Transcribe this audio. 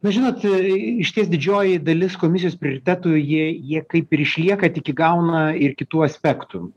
na žinot išties didžioji dalis komisijos prioritetų jie jie kaip ir išlieka tik įgauna ir kitų aspektų